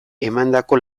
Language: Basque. emandako